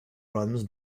runs